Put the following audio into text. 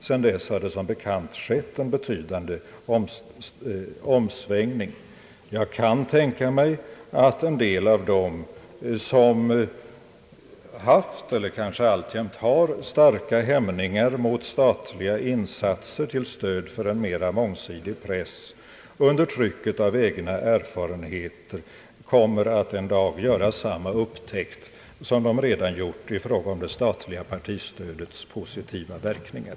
Sedan dess har det som bekant skett en betydande omsvängning. Jag kan tänka mig att en del av dem som haft eller kanske alltjämt har starka hämningar mot statliga insatser till stöd för en mera mångsidig press under trycket av egna erfarenheter en dag kommer att göra samma upptäckt som de redan gjort i fråga om det statliga partistödets positiva verkningar.